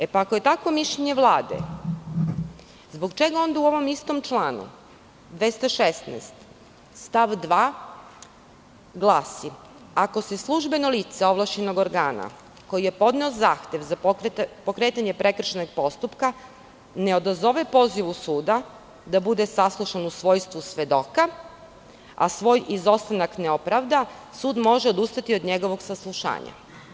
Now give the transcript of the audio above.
Ako je takvo mišljenje Vlade, zbog čega onda u ovom istom članu 216. stav 2. glasi – ako se službeno lice ovlašćenog organa koji je podneo zahtev za pokretanje prekršajnog postupka ne odazove pozivu suda da bude saslušan u svojstvu svedoka, a svoj izostanak ne opravda, sud može odustati od njegovog saslušanja?